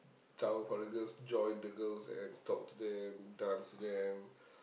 tower for the girls joined the girls and talk to them dance with them